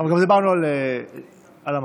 דיברנו גם על המכות.